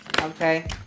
okay